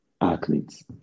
athletes